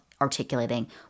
articulating